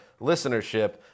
listenership